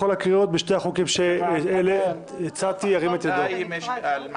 נמצאת כאן שירה עמיאל,